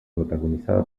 protagonizada